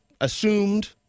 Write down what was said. assumed